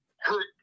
hurt